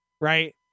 Right